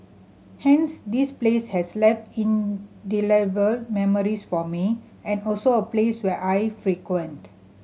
hence this place has left indelible memories for me and also a place where I frequent